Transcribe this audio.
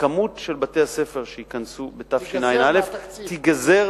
המספר של בתי-הספר שייכנסו בתשע"א ייגזר